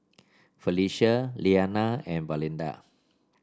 Felicia Lilyana and Valinda